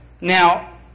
Now